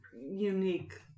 unique